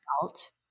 felt